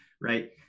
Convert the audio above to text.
right